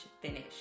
finish